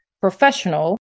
professional